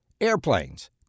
airplanes